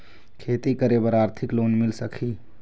खेती करे बर आरथिक लोन मिल सकही?